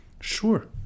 sure